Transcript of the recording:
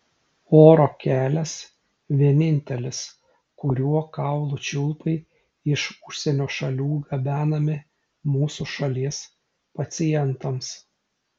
oro kelias vienintelis kuriuo kaulų čiulpai iš užsienio šalių gabenami mūsų šalies pacientams